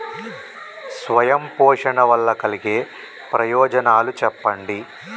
స్వయం పోషణ వల్ల కలిగే ప్రయోజనాలు చెప్పండి?